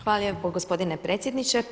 Hvala lijepo gospodine predsjedniče.